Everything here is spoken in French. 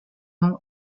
nom